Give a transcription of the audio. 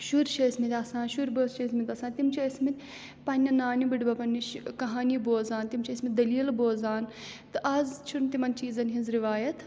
شُرۍ چھِ ٲسۍمٕتۍ آسان شُرۍ بٲژ چھِ ٲسۍمٕتۍ آسان تِم چھِ ٲسۍمٕتۍ پنٛنہِ نانہِ بٕڈبَبَن نِش کَہانی بوزان تِم چھِ ٲسۍمٕتۍ دٔلیٖلہٕ بوزان تہٕ آز چھُنہٕ تِمَن چیٖزَن ہِنٛز رِوایَت